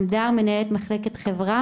מנהלת תחום נגישות.